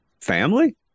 family